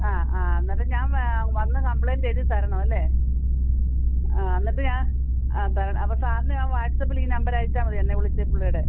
ആ ആ എന്നിട്ട് ഞാൻ വന്ന് കമ്പ്ലൈൻറ്റ് എഴുതിത്തരണം അല്ലേ ആ എന്നിട്ട് ഞാൻ ആ തരാം അപ്പോൾ സാറിനെ ഞാൻ വാട്സാപ്പില് ഈ നമ്പര് അയച്ചാൽ മതിയോ എന്നെ വിളിച്ച പുള്ളിയുടെ